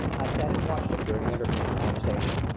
i sat and watched him during an interval of the conversation.